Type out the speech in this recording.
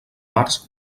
març